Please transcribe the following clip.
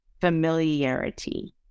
familiarity